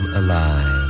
alive